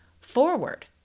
forward